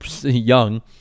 young